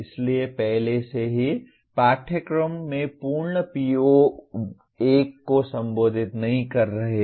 इसलिए पहले से ही हम पाठ्यक्रमों में पूर्ण PO1 को संबोधित नहीं कर रहे हैं